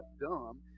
dumb